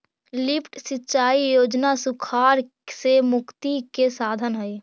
lift सिंचाई योजना सुखाड़ से मुक्ति के साधन हई